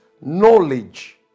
knowledge